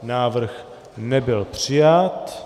Návrh nebyl přijat.